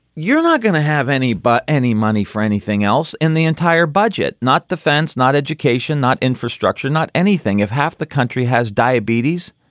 you're not going to have any but any money for anything else in the entire budget. not defense, not education, not infrastructure, not anything. if half the country has diabetes.